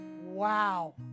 Wow